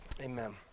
amen